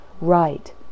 Write